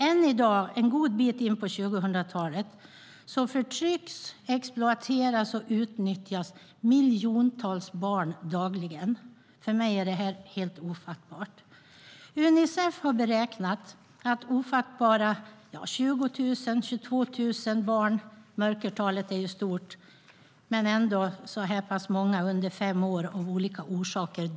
Än i dag, en god bit in på 2000-talet förtrycks, exploateras och utnyttjas miljoner barn dagligen. För mig är detta helt ofattbart. Unicef har beräknat att ofattbara 20 000-22 000 barn under fem år - mörkertalet är stort, men det är många - dör varje dag, av olika orsaker.